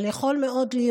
אבל יכול להיות מאוד,